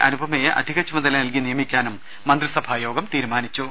അനുപമയെ അധിക ചുമതല നൽകി നിയമിക്കാനും മന്ത്രിസഭായോഗം തീരുമാനിച്ചു